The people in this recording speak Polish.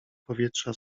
powietrza